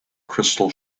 crystal